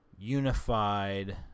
unified